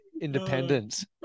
independence